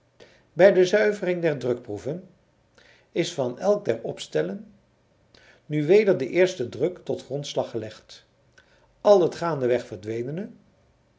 bij de zuivering der drukproeven is van elk der opstellen nu weder de eerste druk tot grondslag gelegd al het gaandeweg verdwenene